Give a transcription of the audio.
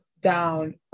down